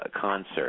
concert